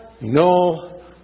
no